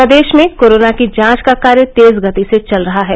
प्रदेश में कोरोना की जांच का कार्य तेज गति से चल रहा है